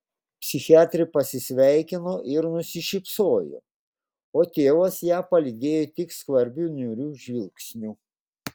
psichiatrė pasisveikino ir nusišypsojo o tėvas ją palydėjo tik skvarbiu niūriu žvilgsniu